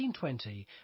1920